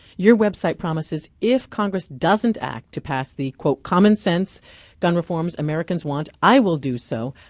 your website promises if congress doesn't act to pass the quote, commonsense gun reforms americans want, i will do so.